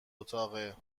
اتاقه